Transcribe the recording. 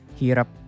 hirap